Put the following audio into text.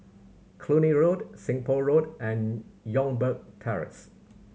Cluny Road Seng Poh Road and Youngberg Terrace